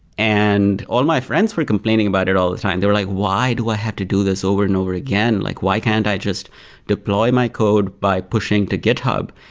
and all my friends were complaining about it all the time. they were like, why do i have to do this over and over again? like why why can't i just deploy my code by pushing to github?